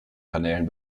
kanälen